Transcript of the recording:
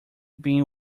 being